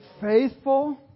faithful